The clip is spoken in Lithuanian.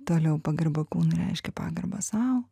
toliau pagarba kūnui reiškia pagarbą sau